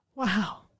Wow